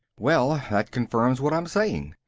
well, that confirms what i'm saying.